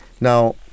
Now